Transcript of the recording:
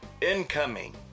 Incoming